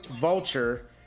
Vulture